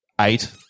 Eight